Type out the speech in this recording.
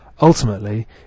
Ultimately